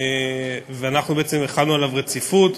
אנחנו בעצם החלנו עליו רציפות.